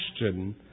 question